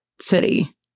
city